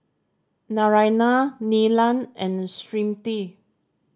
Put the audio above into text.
Naraina Neelam and Smriti